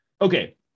Okay